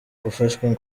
gufashwa